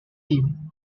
team